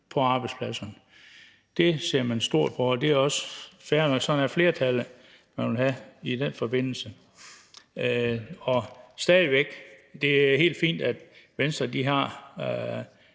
på arbejdspladsen. Det ser man stort på, og det er også fair nok, sådan er flertallet og det, som man vil have i den forbindelse, og det er stadig væk helt fint, at Venstre har